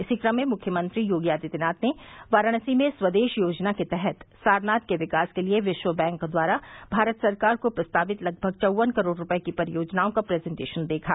इसी क्रम में मुख्यमंत्री योगी आदित्यनाथ ने वाराणसी में स्वदेश योजना के तहत सारनाथ के विकास के लिये विश्व बैंक द्वारा भारत सरकार को प्रस्तावित लगभग चौवन करोड़ रूपये की परियोजनाओं का प्रेजेंटेशन देखा